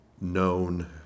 known